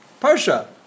parsha